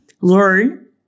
learn